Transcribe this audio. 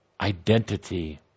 identity